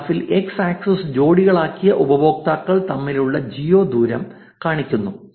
ഈ ഗ്രാഫിൽ X axis ജോടിയാക്കിയ ഉപയോക്താക്കൾ തമ്മിലുള്ള ജിയോ ദൂരം കാണിക്കുന്നു